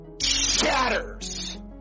shatters